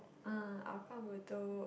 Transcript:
uh hougang bedok